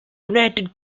united